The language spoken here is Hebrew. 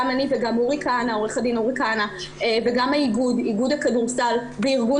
גם אני וגם עורך הדין אורי כהנא וגם איגוד הכדורסל וארגון